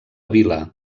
vila